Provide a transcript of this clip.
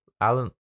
Alan